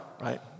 right